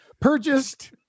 purchased